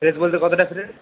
fresh বলতে কতটা fresh